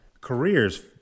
careers